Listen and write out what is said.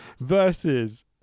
versus